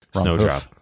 Snowdrop